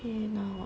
Paynow ah